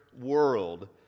world